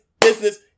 business